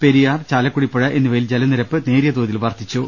പെരിയാർ ചാലക്കുടിപ്പുഴ എന്നിവയിൽ ജലനിരപ്പ് നേരിയ തോതിൽ വർദ്ധിച്ചു